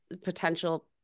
potential